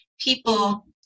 People